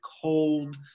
cold